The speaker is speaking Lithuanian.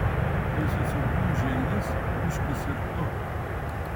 kai susigūžia jis gūžkis ir tu